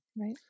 Right